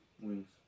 Wings